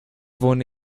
wohne